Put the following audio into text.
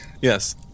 yes